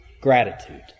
gratitude